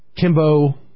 Kimbo